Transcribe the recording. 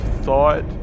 thought